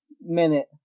minute